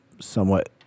somewhat